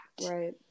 Right